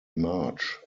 march